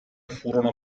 furono